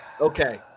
Okay